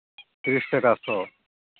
ᱛᱤᱨᱤᱥ ᱴᱟᱠᱟ ᱥᱚ